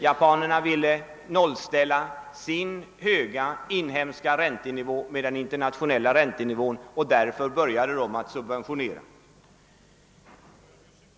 Japanerna ville nollställa sin höga inhemska räntenivå med den internationella räntenivån, och därför började de subventionera.